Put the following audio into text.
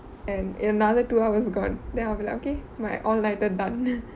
and another two hours gone then I'll be like okay my own lighted button